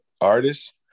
Artist